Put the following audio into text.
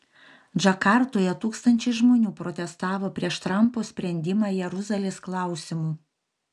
džakartoje tūkstančiai žmonių protestavo prieš trampo sprendimą jeruzalės klausimu